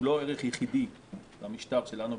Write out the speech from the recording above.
הוא לא ערך יחיד במשטר שלנו,